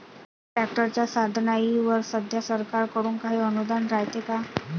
ट्रॅक्टरच्या साधनाईवर सध्या सरकार कडून काही अनुदान रायते का?